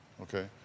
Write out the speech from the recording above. Okay